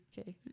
okay